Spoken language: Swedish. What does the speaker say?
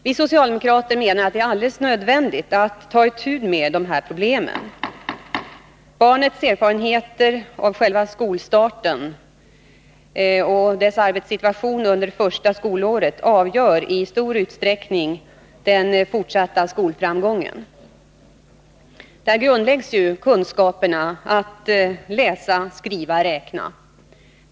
Vi socialdemokrater menar att det är alldeles nödvändigt att ta itu med dessa problem. Barnets erfarenheter av själva skolstarten och dess arbetssituation under det första skolåret avgör i stor utsträckning den fortsatta skolframgången. Där grundläggs ju kunskaperna att läsa, skriva och räkna.